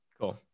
Cool